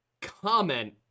comment